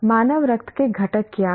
मानव रक्त के घटक क्या हैं